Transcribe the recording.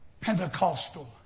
Pentecostal